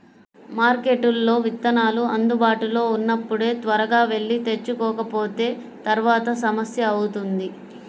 మార్కెట్లో విత్తనాలు అందుబాటులో ఉన్నప్పుడే త్వరగా వెళ్లి తెచ్చుకోకపోతే తర్వాత సమస్య అవుతుంది